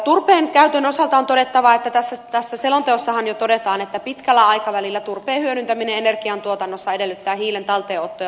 turpeen käytön osalta on todettava että tässä selonteossahan jo todetaan että pitkällä aikavälillä turpeen hyödyntäminen energiantuotannossa edellyttää hiilen talteenotto ja varastointiteknologian käyttöä